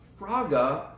Fraga